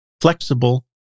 flexible